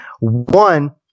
One